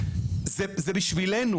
זה בשבילנו.